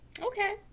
Okay